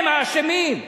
הם האשמים.